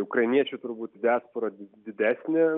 ukrainiečių turbūt diaspora didesnė